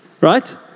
Right